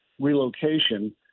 relocation